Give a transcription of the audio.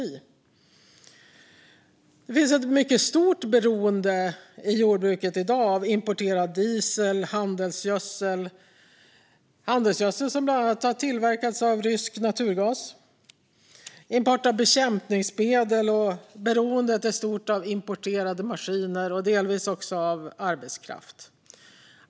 I jordbruket i dag finns ett mycket stort beroende av importerad diesel och handelsgödsel - som bland annat tillverkas av rysk naturgas - och import av bekämpningsmedel. Beroendet är stort även av importerade maskiner och delvis också av arbetskraft.